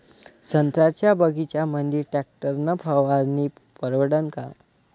संत्र्याच्या बगीच्यामंदी टॅक्टर न फवारनी परवडन का?